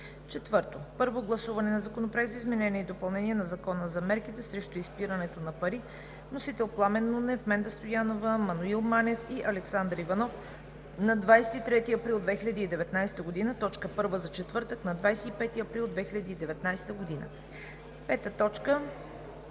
г. 4. Първо гласуване на Законопроекта за изменение и допълнение на Закона за мерките срещу изпирането на пари. Вносители: Пламен Нунев, Менда Стоянова, Маноил Манев и Александър Иванов, 23 април 2019 г. – точка първа за четвъртък, 25 април 2019 г. 5.